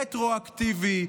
רטרואקטיבי,